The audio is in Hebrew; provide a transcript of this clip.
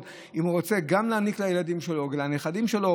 אם הוא רוצה גם להעניק לילדים שלו ולנכדים שלו